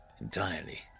entirely